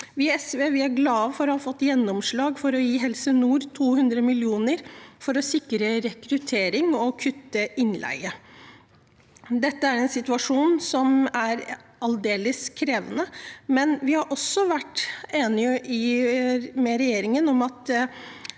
Vi i SV er glade for å ha fått gjennomslag for å gi Helse nord 200 mill. kr for å sikre rekruttering og kutte innleie. Dette er en situasjon som er aldeles krevende, men vi har også vært enige med regjeringen om at